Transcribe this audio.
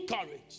courage